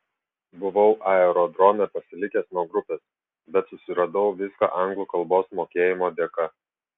buvau aerodrome pasilikęs nuo grupės bet susiradau viską anglų kalbos mokėjimo dėka